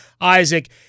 Isaac